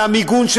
על המיגון,